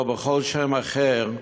או בכל שם אחר,